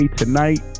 tonight